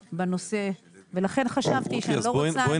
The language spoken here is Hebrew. בנושא ולכן חשבתי שאני לא רוצה --- אז בואי